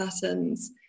patterns